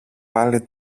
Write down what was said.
πάλι